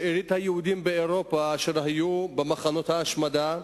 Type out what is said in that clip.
שארית היהודים באירופה, אשר היו במחנות ההשמדה,